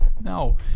No